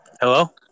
Hello